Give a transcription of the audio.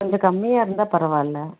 கொஞ்சம் கம்மியாக இருந்தால் பரவாயில்ல